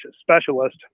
specialist